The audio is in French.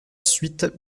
suite